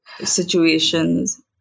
situations